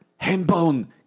Hambone